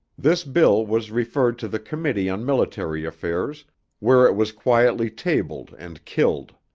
this bill was referred to the committee on military affairs where it was quietly tabled and killed.